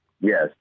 Yes